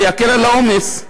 זה יקל את העומס.